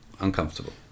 uncomfortable